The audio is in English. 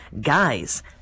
guys